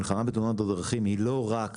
המלחמה בתאונות הדרכים היא לא רק